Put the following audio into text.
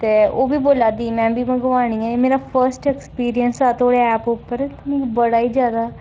ते ओह् बी बोला दी में बी मंगवानी ऐ ते एह् मेरा फर्स्ट एक्सपीरियंस ऐ ते ऐप उप्पर बड़ा ई जादै शैल लग्गेआ ते ओह्दे उप्पर